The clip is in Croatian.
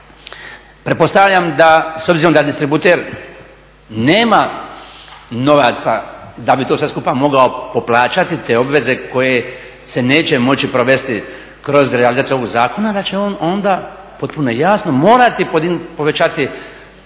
Pretpostavljam da s obzirom da distributer nema novaca da bi to sve skupa mogao poplaćati te obveze koje se neće moći provesti kroz realizaciju ovog zakona da će on onda potpuno je jasno morati povećati